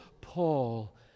Paul